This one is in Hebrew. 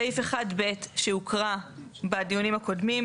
סעיף (1ב) שהוקרא בדיונים הקודמים,